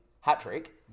Hat-trick